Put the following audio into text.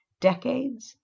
decades